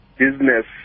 business